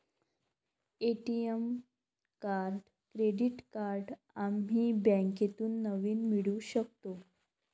ATM card credit card आम्ही बँकेतून नवीन मिळवू शकतो